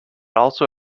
also